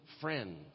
friend